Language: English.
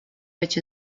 which